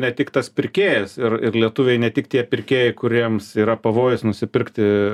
ne tik tas pirkėjas ir ir lietuviai ne tik tie pirkėjai kuriems yra pavojus nusipirkti